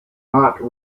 not